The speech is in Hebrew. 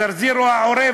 הזרזיר או העורב,